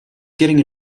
getting